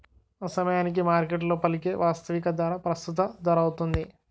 ఆసమయానికి మార్కెట్లో పలికే వాస్తవిక ధర ప్రస్తుత ధరౌతుంది